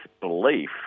belief